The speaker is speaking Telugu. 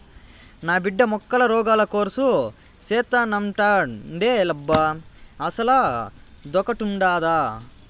నా బిడ్డ మొక్కల రోగాల కోర్సు సేత్తానంటాండేలబ్బా అసలదొకటుండాదా